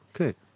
okay